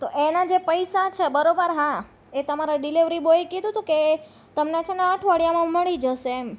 તો એના જે પૈસા છે બરોબર હા એ તમારા ડિલેવરી બયે કીધું હતું કે તમને છેને અઠવાડિયામાં મળી જશે એમ